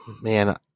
Man